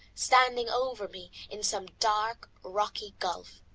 standing over me in some dark, rocky gulf.